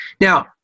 Now